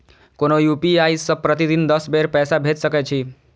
कोनो यू.पी.आई सं प्रतिदिन दस बेर पैसा भेज सकै छी